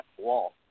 wall